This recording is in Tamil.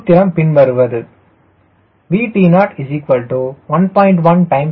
சூத்திரம் பின்வருவது VT01